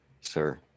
sir